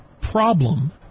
problem